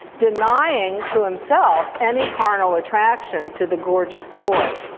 denying to himself any carnal attraction to the gorgeous boy.